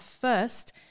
first